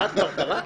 אחת כבר קראת?